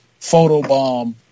photobomb